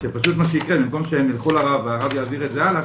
אז שפשוט מה שייקרא במקום שהם ילכו לרב והרב יעביר את זה הלאה,